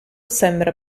sembra